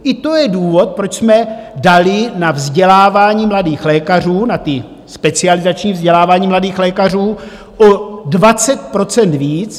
I to je důvod, proč jsme dali na vzdělávání mladých lékařů, na ta specializační vzdělávání mladých lékařů, o 20 % víc.